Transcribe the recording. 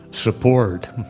Support